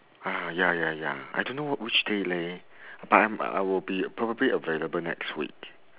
ah ya ya ya I don't know which day leh but I'm I will be probably available next week